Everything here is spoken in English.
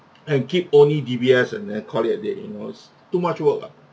and keep only D_B_S and then call it a day you knows too much work uh